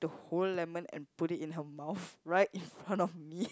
the whole lemon and put it in her mouth right in front of me